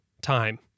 time